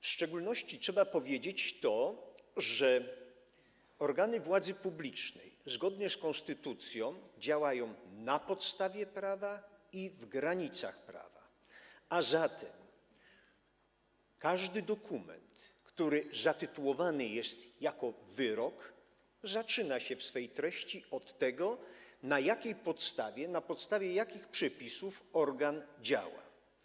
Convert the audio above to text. W szczególności trzeba powiedzieć, że organy władzy publicznej zgodnie z konstytucją działają na podstawie prawa i w granicach prawa, a zatem każdy dokument, który zatytułowany jest jako wyrok, zaczyna się w swej treści od tego, na jakiej podstawie, na podstawie jakich przepisów organ działa.